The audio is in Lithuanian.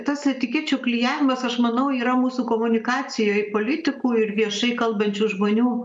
tas etikečių klijavimas aš manau yra mūsų komunikacijoj politikų ir viešai kalbančių žmonių